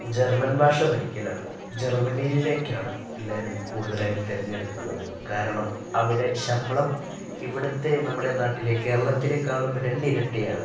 German ഭാഷ പഠിക്കലാണ് ജർമ്മനിയിലേക്കാണ് എല്ലാവരും കൂടുതലായും തിരഞ്ഞെടുക്കുന്നത് കാരണം അവരുടെ ശമ്പളം ഇവിടുത്തെ നമ്മുടെ നാട്ടിലെ കേരളത്തിലേക്കാളും രണ്ടിരട്ടിയാണ്